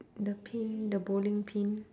the pin the bowling pin